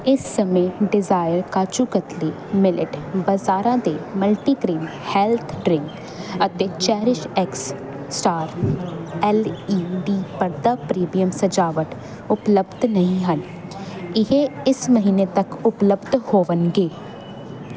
ਇਸ ਸਮੇਂ Desire kaju katli millet ਬਜ਼ਾਰਾਂ ਦੇ ਮਲਟੀਗ੍ਰੇਨ ਹੈਲਥ ਡਰਿੰਕ ਅਤੇ cherish x star L E D ਪਰਦਾ ਪ੍ਰੀਮੀਅਮ ਸਜਾਵਟ ਉਪਲੱਬਧ ਨਹੀਂ ਹਨ ਇਹ ਇਸ ਮਹੀਨੇ ਤੱਕ ਉਪਲੱਬਧ ਹੋਣਗੇ